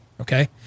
okay